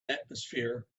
atmosphere